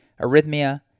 arrhythmia